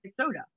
soda